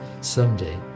someday